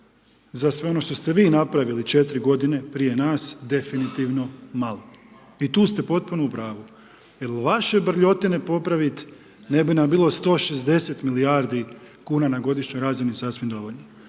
za sve ono što ste vi napravili 4 godine prije nas definitivno malo. I tu ste potpuno u pravu, jer vaše brljotine popraviti ne bi nam bilo 160 milijardi kuna na godišnjoj razini sasvim dovoljno.